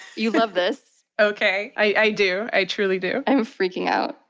you love this. ok. i do. i truly do. i'm freaking out.